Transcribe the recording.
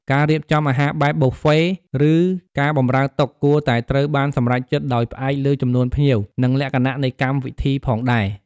ការរៀបចំអាហារបែបប៊ូហ្វេ ឬការបម្រើតុ គួរតែត្រូវបានសម្រេចចិត្តដោយផ្អែកលើចំនួនភ្ញៀវ និងលក្ខណៈនៃកម្មវិធីផងដែរ។